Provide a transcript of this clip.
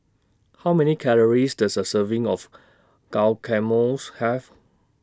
How Many Calories Does A Serving of Guacamoles Have